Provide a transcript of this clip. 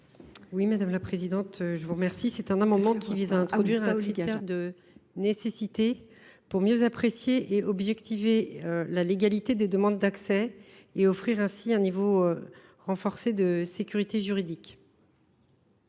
à Mme Vanina Paoli Gagin. Cet amendement tend à introduire un critère de nécessité, pour mieux apprécier et objectiver la légalité des demandes d’accès et offrir ainsi un niveau renforcé de sécurité juridique.